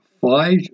five